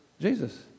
Jesus